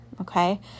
okay